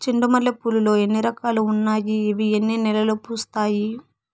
చెండు మల్లె పూలు లో ఎన్ని రకాలు ఉన్నాయి ఇవి ఎన్ని నెలలు పూస్తాయి